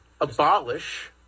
abolish